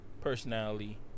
personality